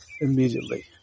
immediately